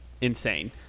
insane